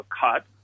cut